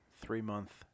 Three-month